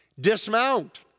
dismount